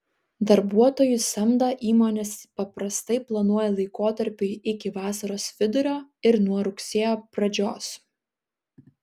darbuotojų samdą įmonės paprastai planuoja laikotarpiui iki vasaros vidurio ir nuo rugsėjo pradžios